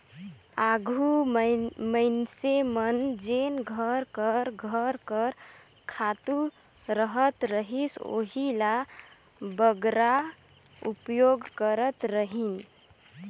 आघु मइनसे मन जेन घर कर घर कर खातू रहत रहिस ओही ल बगरा उपयोग करत रहिन